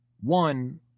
One